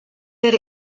that